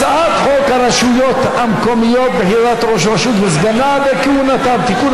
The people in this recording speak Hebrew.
הצעת חוק הרשויות המקומיות (בחירת ראש רשות וסגניו וכהונתם) (תיקון,